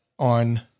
On